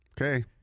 Okay